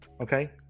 okay